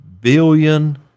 billion